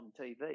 TV